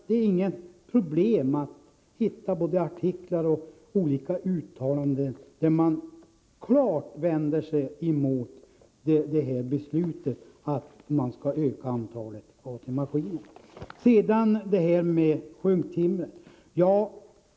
Det är inget problem att hitta artiklar med uttalanden mot beslutet att öka antalet arbetstagaroch entreprenörägda maskiner. Så till frågan om sjunktimret.